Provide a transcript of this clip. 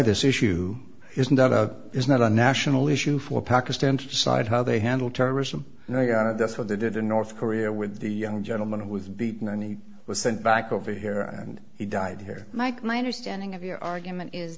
this issue is not that is not a national issue for pakistan to decide how they handle terrorism that's what they did in north korea with the young gentleman who was beaten and he was sent back over here and he died here mike my understanding of your argument is